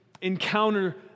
Encounter